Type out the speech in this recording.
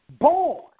born